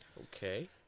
okay